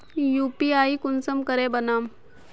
UPI कुंसम करे बनाम?